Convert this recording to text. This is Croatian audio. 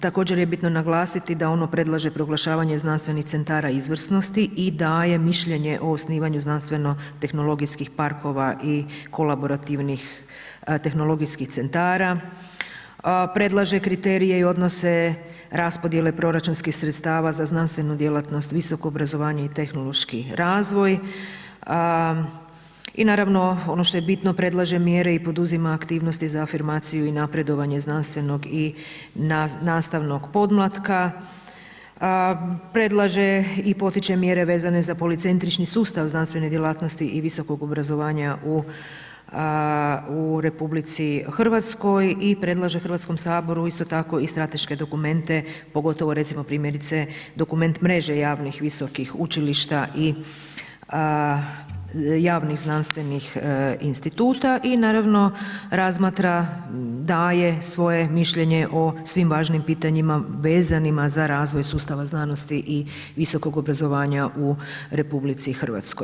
Također je bitno naglasiti da ono predlaže proglašavanje znanstvenih centara izvrsnosti i daje mišljenje o osnivanju znanstveno tehnologijskih parkova i kolaborativnih tehnologijskih centara, predlaže kriterije i odnose raspodjele proračunskih sredstava za znanstvenu djelatnost, visoko obrazovanje i tehnološki razvoj i naravno ono što je bitno predlaže mjere i poduzima aktivnosti za afirmaciju i napredovanje znanstvenog i nastavnog podmlatka, predlaže i potiče mjere vezane za policentrični sustav znanstvene djelatnosti i visokog obrazovanja u RH i predlaže HS isto tako i strateške dokumente pogotovo recimo primjerice dokument mreže javnih visokih učilišta i javnih znanstvenih instituta i naravno razmatra, daje svoje mišljenje o svim važnim pitanjima vezanima za razvoj sustava znanosti i visokog obrazovanja u RH.